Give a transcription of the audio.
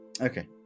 Okay